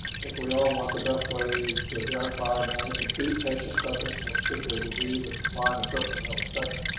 think we all want the best ways to identify, manage, and treat patients suffering from a particular disease of applying and certainly no exception.